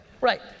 Right